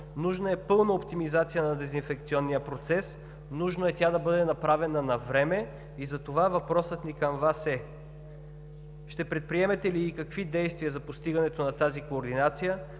Нужна е пълна оптимизация на дезинфекционния процес, нужно е тя да бъде направена навреме. Затова въпросът ми към Вас е: ще предприемете ли и какви действия за постигането на координация,